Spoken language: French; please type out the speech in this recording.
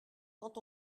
quand